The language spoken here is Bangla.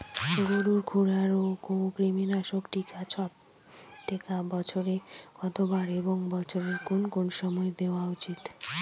গরুর খুরা রোগ ও কৃমিনাশক টিকা বছরে কতবার এবং বছরের কোন কোন সময় দেওয়া উচিৎ?